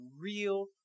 real